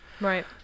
Right